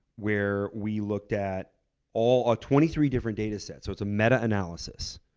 where we looked at all ah twenty three different data sets, so it's a meta-analysis.